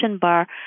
bar